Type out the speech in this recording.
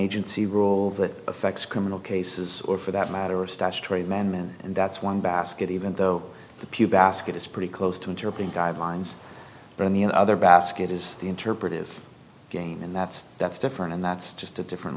agency rule that affects criminal cases or for that matter a statutory man and that's one basket even though the pew basket is pretty close to interpret guidelines on the other basket is the interpretive game and that's that's different and that's just a different